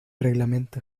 reglamento